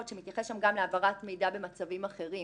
הקיים שמתייחס להעברת מידע במצבים אחרים.